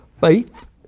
faith